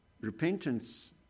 Repentance